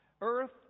earth